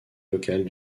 locales